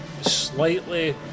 Slightly